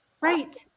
Right